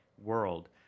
world